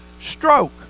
stroke